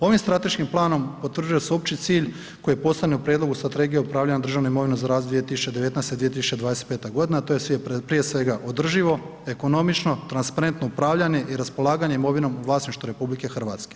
Ovim strateškim planom potvrđuje se opći cilj koji postoji u prijedlogu Strategije upravljanja državnom imovinom za razdoblje 2019. – 2025. g., to je prije svega održivo, ekonomično, transparentno upravljanje i raspolaganje imovinom u vlasništvu RH.